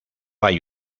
hay